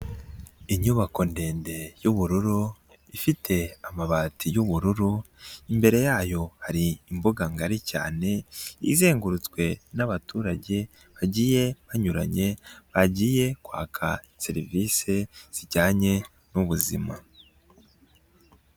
Inyubako ndende y'ubururu ifite amabati y'ubururu, imbere yayo hari imbuga ngari cyane izengurutswe n'abaturage bagiye banyuranye, bagiye kwaka serivisi zijyanye n'ubuzima.